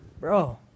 Bro